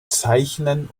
zeichnen